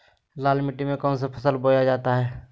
लाल मिट्टी में कौन सी फसल बोया जाता हैं?